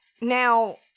Now